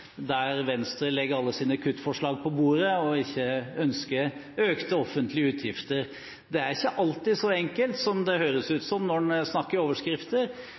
der Venstre legger alle sine kuttforslag på bordet og ikke ønsker økte offentlige utgifter. Det er ikke alltid så enkelt som det høres ut som, når man snakker i overskrifter,